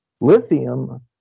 lithium